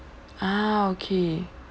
ah okay